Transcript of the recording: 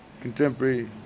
contemporary